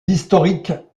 historiques